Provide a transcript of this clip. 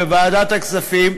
ירושלים, בוועדת הכספים,